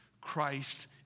Christ